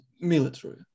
military